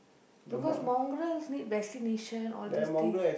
because Mongrels need vaccination all these things